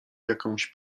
jakąś